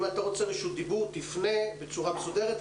אם אתה רוצה רשות דיבור תפנה בצורה מסודרת,